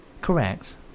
Correct